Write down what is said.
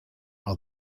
are